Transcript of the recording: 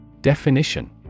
Definition